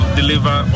deliver